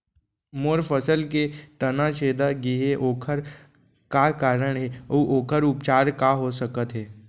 मोर फसल के तना छेदा गेहे ओखर का कारण हे अऊ ओखर उपचार का हो सकत हे?